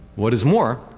what is more,